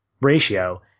ratio